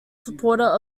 supporter